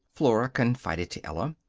flora confided to ella.